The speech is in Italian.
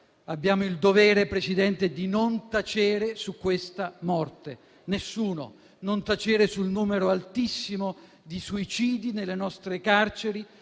Abbiamo il dovere, signora Presidente, di non tacere su questa morte. Nessuno. Non dobbiamo tacere sul numero altissimo di suicidi nelle nostre carceri,